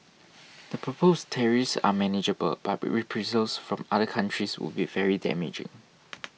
the proposed tariffs are manageable but reprisals from other countries would be very damaging